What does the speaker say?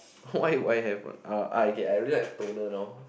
why would I have what uh okay I really like toner now